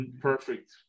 Perfect